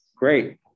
Great